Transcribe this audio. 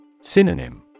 Synonym